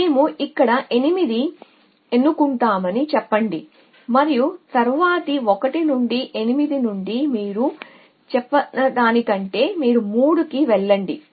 కాబట్టి మేము ఇక్కడ 8 ని ఎన్నుకుంటామని చెప్పండి మరియు తరువాతి 1 నుండి 8 నుండి మీరు చెప్పేదానికంటే మీరు 3 కి వెళ్ళండి